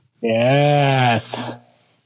Yes